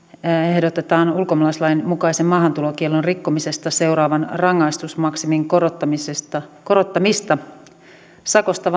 ehdotetaan ulkomaalaislain mukaisen maahantulokiellon rikkomisesta seuraavan rangaistusmaksimin korottamista korottamista sakosta